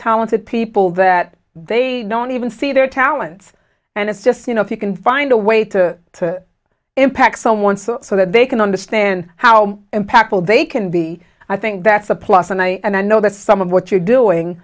talented people that they don't even see their talents and it's just you know if you can find a way to impact someone so so that they can understand how impactful they can be i think that's a plus and i and i know that some of what you're doing